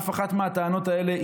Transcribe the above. אף אחת מהטענות האלה,